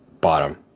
bottom